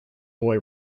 boy